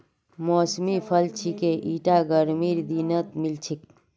मौसमी फल छिके ईटा गर्मीर दिनत मिल छेक